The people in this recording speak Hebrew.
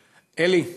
אלי,